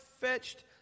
fetched